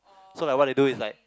so like what they do is like